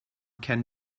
can